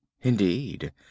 Indeed